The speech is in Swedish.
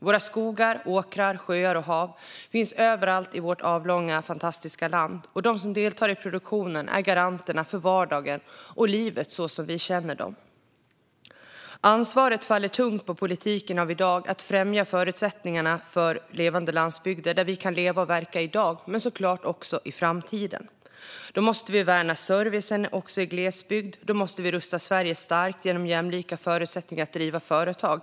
Våra skogar, åkrar, sjöar och hav finns överallt i vårt avlånga fantastiska land. De som deltar i produktionen är garanterna för vardagen och livet så som vi känner dem. Ansvaret faller tungt på politiken av i dag att främja förutsättningarna för levande landsbygder, där vi kan leva och verka i dag men såklart också i framtiden. Då måste vi värna servicen också i glesbygd. Då måste vi rusta Sverige starkt genom jämlika förutsättningar att driva företag.